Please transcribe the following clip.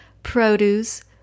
produce